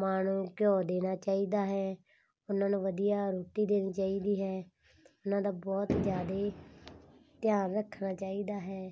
ਮਾਂ ਨੂੰ ਘਿਓ ਦੇਣਾ ਚਾਹੀਦਾ ਹੈ ਉਹਨਾਂ ਨੂੰ ਵਧੀਆ ਰੋਟੀ ਦੇਣੀ ਚਾਹੀਦੀ ਹੈ ਉਹਨਾਂ ਦਾ ਬਹੁਤ ਜ਼ਿਆਦੇ ਧਿਆਨ ਰੱਖਣਾ ਚਾਹੀਦਾ ਹੈ